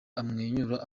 amwenyura